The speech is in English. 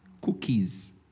cookies